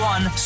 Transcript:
One